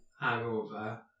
hangover